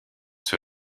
sur